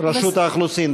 רשות האוכלוסין.